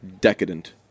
Decadent